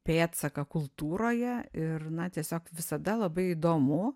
pėdsaką kultūroje ir na tiesiog visada labai įdomu